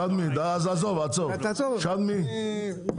כאשר הנושא הזה הוא בהחלט בעיה רצינית ואנחנו מועדים